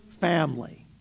family